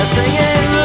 Singing